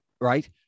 Right